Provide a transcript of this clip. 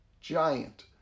giant